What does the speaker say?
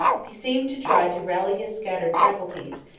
he seemed to try to rally his scattered faculties,